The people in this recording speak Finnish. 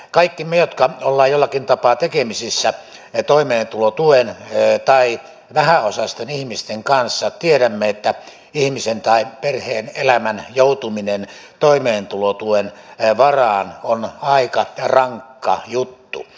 kaikki me jotka olemme jollakin tapaa tekemisissä toimeentulotuen tai vähäosaisten ihmisten kanssa tiedämme että ihmisen tai perheen elämän joutuminen toimeentulotuen varaan on aika rankka juttu